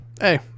hey